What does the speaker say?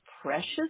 precious